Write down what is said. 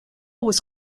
was